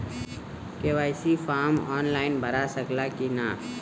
KYC form online भरा सकला की ना?